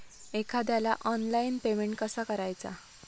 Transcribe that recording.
एखाद्याला online payment कसा करायचा?